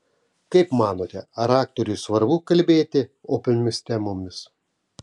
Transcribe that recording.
kaip manote ar aktoriui svarbu kalbėti opiomis temomis